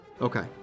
Okay